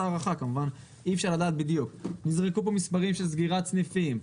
נזרקו פה מספרים של סגירת סניפים,